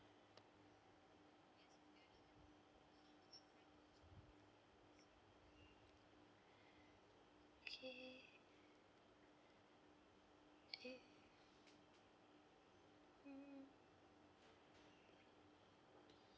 okay okay